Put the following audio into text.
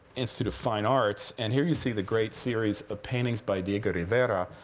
institute of fine arts. and here you see the great series of paintings by diego rivera,